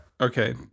Okay